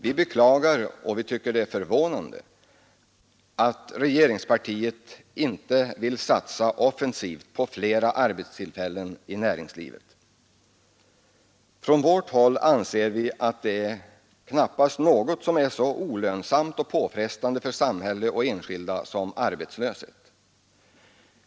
Vi beklagar och tycker att det är förvånande att regeringspartiet inte vill satsa offensivt på flera arbetstillfällen i näringslivet. På vårt håll anser vi att det knappast finns något som är så olönsamt och påfrestande för samhälle och enskilda som arbetslösheten.